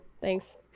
thanks